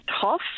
tough